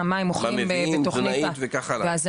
עם תזונאית וכך הלאה.